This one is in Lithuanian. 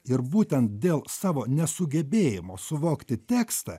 ir būtent dėl savo nesugebėjimo suvokti tekstą